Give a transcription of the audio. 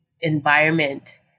environment